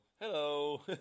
Hello